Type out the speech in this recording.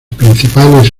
principales